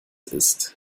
ist